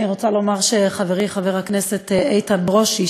אני רוצה לומר שחברי חבר הכנסת איתן ברושי,